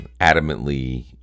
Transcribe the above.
adamantly